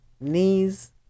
knees